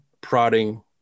prodding